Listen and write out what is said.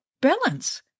balance